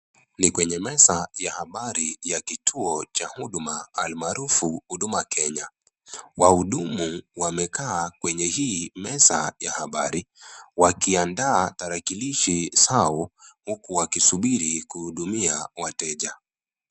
Ni kwenye meza ya habari ya kituo cha huduma, almaarufu huduma Kenya. Wahudumu wamekaa kwenye hii meza ya habari, wakiandaa tarakilishi zao, huku wakusubiri kuhudumia wateja.